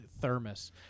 thermos